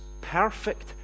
perfect